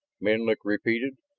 menlik repeated.